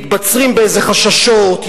מתבצרים באיזה חששות,